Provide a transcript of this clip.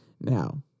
Now